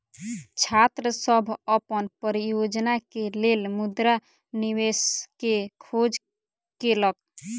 छात्र सभ अपन परियोजना के लेल मुद्रा निवेश के खोज केलक